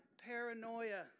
paranoia